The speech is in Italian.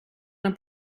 una